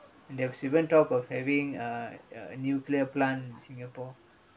there was even talk of having a a nuclear plant in singapore